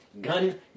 gun